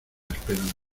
esperanza